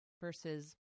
versus